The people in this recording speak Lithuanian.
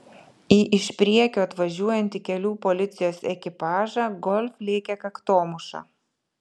į iš priekio atvažiuojantį kelių policijos ekipažą golf lėkė kaktomuša